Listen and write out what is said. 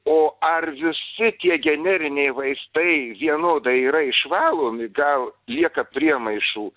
o ar visi tie generiniai vaistai vienodai yra išvalomi gal lieka priemaišų